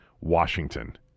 Washington